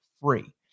free